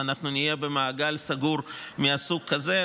ואנחנו נהיה במעגל סגור מהסוג הזה.